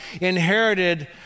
inherited